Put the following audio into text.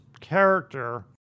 character